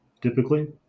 typically